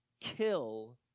kill